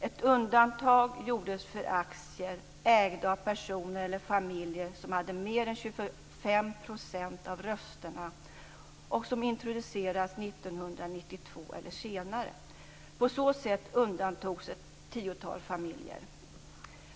Ett undantag gjordes för aktier ägda av personer eller familjer som hade mer än 25 % av rösterna och om bolaget hade introducerats 1992 eller senare. På så sätt undantogs ett tiotal familjer.